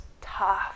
tough